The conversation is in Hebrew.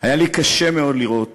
היה לי קשה מאוד לראות